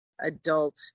adult